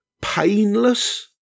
painless